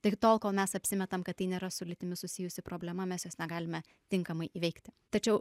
tai tol kol mes apsimetam kad tai nėra su lytimi susijusi problema mes jos negalime tinkamai įveikti tačiau